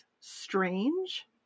strange